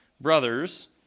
brothers